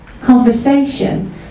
conversation